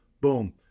boom